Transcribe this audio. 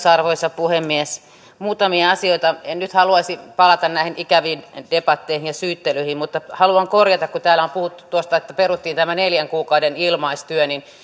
arvoisa puhemies muutamia asioita en nyt haluaisi palata näihin ikäviin debatteihin ja syyttelyihin mutta haluan korjata kun täällä on puhuttu tuosta että peruttiin tämä neljän kuukauden ilmaistyö